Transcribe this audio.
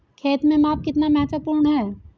खेत में माप कितना महत्वपूर्ण है?